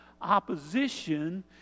opposition